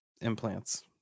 implants